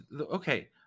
okay